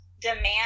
demand